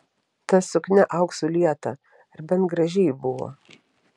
ta suknia auksu lieta ar bent graži ji buvo